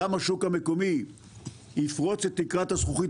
גם השוק המקומי יפרוץ את תקרת הזכוכית